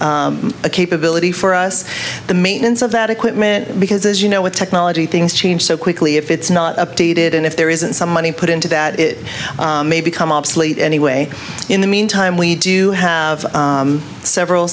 a capability for us the maintenance of that equipment because as you know with technology things change so quickly if it's not updated and if there isn't some money put into that it may become obsolete anyway in the meantime we do have several